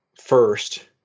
first